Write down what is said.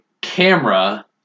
camera